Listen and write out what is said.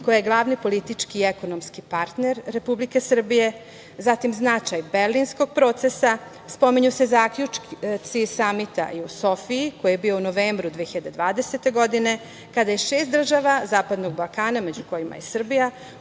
koja je glavni politički i ekonomski partner Republike Srbije, zatim, značaj Berlinskog procesa. Spominju se zaključci Samita u Sofiji, koji je bio u novembru 2020. godine, kada je šest država Zapadnog Balkana, među kojima i Srbija,